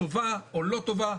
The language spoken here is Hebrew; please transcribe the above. טובה או לא טובה,